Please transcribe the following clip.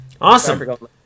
Awesome